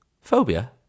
phobia